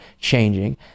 changing